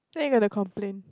then you got to complain